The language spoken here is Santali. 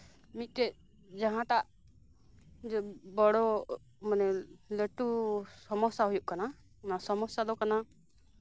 ᱢᱤᱫᱴᱮᱱ ᱡᱟᱸᱦᱟᱴᱟᱜ ᱵᱚᱲᱚ ᱢᱟᱱᱮ ᱞᱟᱹᱴᱩ ᱥᱚᱢᱚᱥᱥᱟ ᱦᱩᱭᱩᱜ ᱠᱟᱱᱟ ᱚᱱᱟ ᱥᱚᱢᱚᱥᱥᱟ ᱫᱚ ᱠᱟᱱᱟ